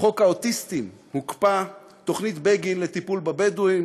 חוק האוטיסטים הוקפא, תוכנית בגין לטיפול בבדואים